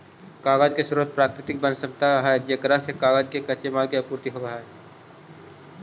कागज के स्रोत प्राकृतिक वन्यसम्पदा है जेकरा से कागज के कच्चे माल के आपूर्ति होवऽ हई